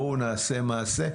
בואו נעשה מעשה.